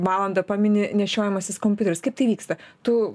valandą pamini nešiojamasis kompiuteris kaip tai vyksta tu